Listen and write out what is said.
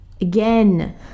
Again